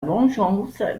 vengeance